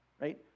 right